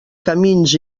camins